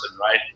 right